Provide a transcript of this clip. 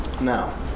Now